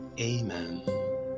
Amen